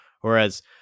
Whereas